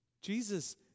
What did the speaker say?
Jesus